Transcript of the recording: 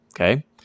Okay